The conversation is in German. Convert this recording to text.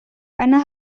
einer